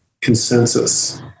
consensus